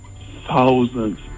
thousands